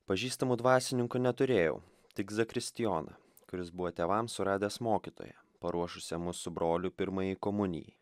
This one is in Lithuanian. pažįstamų dvasininkų neturėjau tik zakristijoną kuris buvo tėvams suradęs mokytoją paruošusią mus su broliu pirmajai komunijai